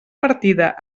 partida